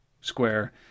Square